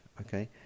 Okay